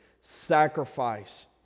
Sacrifice